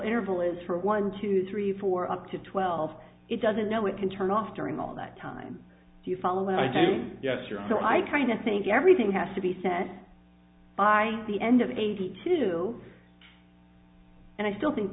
interval is for one two three four up to twelve it doesn't know it can turn off during all that time do you follow when i can yes your so i kind of think everything has to be sent by the end of eighty two and i still think